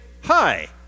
hi